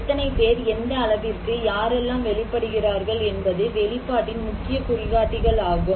எத்தனை பேர் எந்த அளவிற்கு யாரெல்லாம் வெளிப்படுகிறார்கள் என்பது வெளிப்பாட்டின் முக்கிய குறிகாட்டிகள் ஆகும்